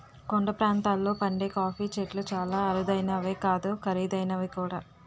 కొండ ప్రాంతాల్లో పండే కాఫీ చెట్లు చాలా అరుదైనవే కాదు ఖరీదైనవి కూడా